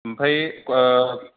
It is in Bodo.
ओमफ्राय ओ